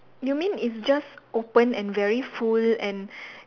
you mean it's just open and very full and